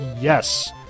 yes